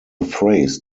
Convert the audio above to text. phrase